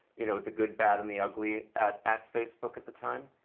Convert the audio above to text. you know, the good, bad and the ugly at at facebook at the time?